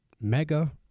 mega